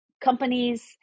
companies